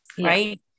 Right